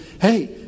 hey